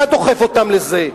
אתה דוחף אותם לזה.